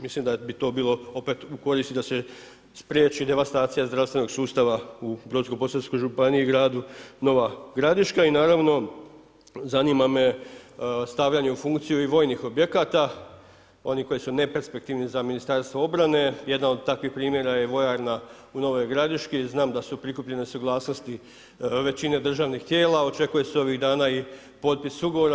Mislim da bi to bilo opet u korist i da se spriječi devastacija zdravstvenog sustava u Brodsko-posavskoj županiji i gradu Nova Gradiška i naravno, zanima me stavljanje u funkciju i vojnih objekata, onih koji su neperspektivni za Ministarstvo obrane, jedna od takvih primjera je vojarna u Novog Gradiški i znam da su prikupljene suglasnosti većine državnih tijela, očekuje se ovih dana i potpis ugovora.